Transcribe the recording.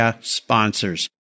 sponsors